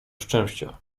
szczęścia